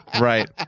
Right